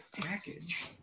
package